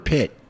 Pit